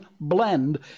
blend